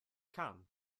khan